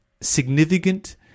significant